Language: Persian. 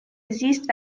زیست